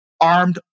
armed